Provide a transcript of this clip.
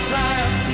time